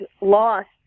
lost